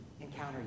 encounter